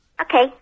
Okay